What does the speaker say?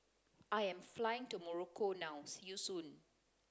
I am flying to Morocco now see you soon